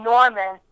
Norman